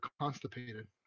constipated